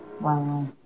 Wow